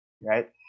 right